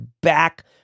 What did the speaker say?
back